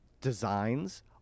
designs